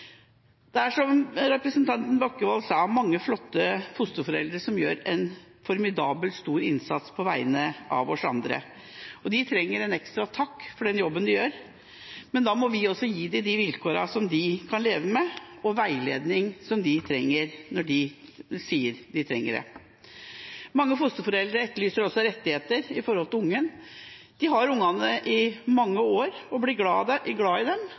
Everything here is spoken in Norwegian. Det er, som representanten Bekkevold sa, mange flotte fosterforeldre som gjør en formidabel, stor innsats på vegne av oss andre, og de trenger en ekstra takk for den jobben de gjør, men da må vi også gi dem vilkår som de kan leve med, og veiledning som de trenger når de sier de trenger det. Mange fosterforeldre etterlyser også rettigheter i forhold til ungene. De har ungene i mange år og blir glad i dem,